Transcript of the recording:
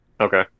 Okay